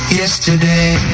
yesterday